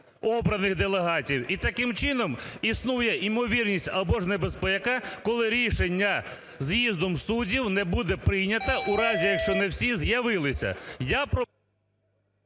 І, таким чином, існує ймовірність або ж небезпека, коли рішення з'їздом суддів не буде прийняте у разі, якщо не всі з'явилися.